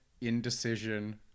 indecision